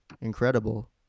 incredible